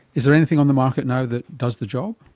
is there anything on the market now that does the job?